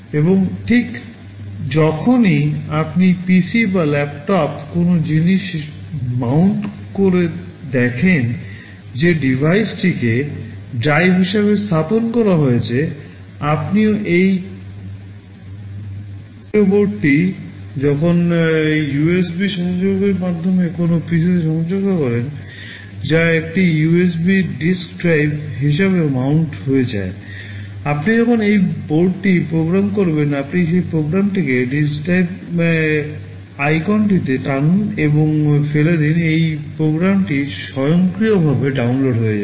এবং ঠিক যখনই আপনি PC বা ল্যাপটপে কোনও জিনিস অধিরহনটিতে টানুন এবং ফেলে দিন সেই প্রোগ্রামটি স্বয়ংক্রিয়ভাবে ডাউনলোড হয়ে যাবে